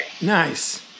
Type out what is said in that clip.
Nice